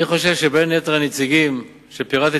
אני חושב שבין הנציגים שפירטתי